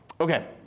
Okay